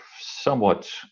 somewhat